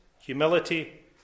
humility